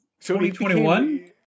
2021